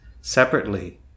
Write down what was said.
separately